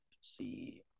see